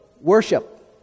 worship